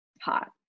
Hot